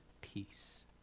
peace